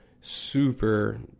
Super